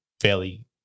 fairly